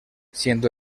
siendo